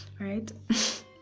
right